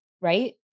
Right